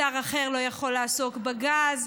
שר אחר לא יכול לעסוק בגז,